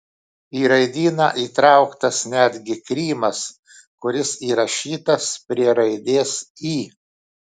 į raidyną įtrauktas netgi krymas kuris įrašytas prie raidės y